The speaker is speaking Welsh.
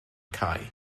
cau